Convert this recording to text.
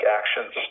actions